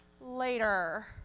later